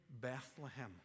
Bethlehem